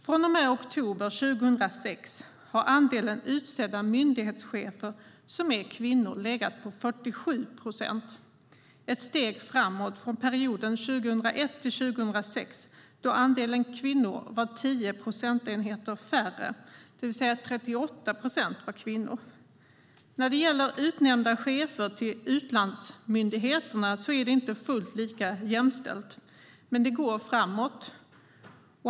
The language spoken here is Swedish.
Från och med oktober 2006 har andelen utsedda kvinnliga myndighetschefer legat på 47 procent, ett steg framåt från perioden 2001-2006 då andelen kvinnor var 10 procentenheter färre - 38 procent var kvinnor. När det gäller utnämnda chefer till utlandsmyndigheterna är det inte fullt lika jämställt, men det går framåt.